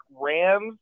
Rams